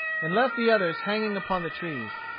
and left the others hanging upon the trees.